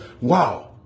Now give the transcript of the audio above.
Wow